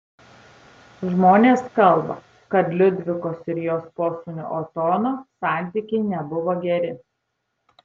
žmonės kalba kad liudvikos ir jos posūnio otono santykiai nebuvo geri